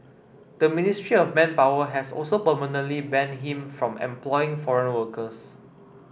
the Ministry of Manpower has also permanently banned him from employing foreign workers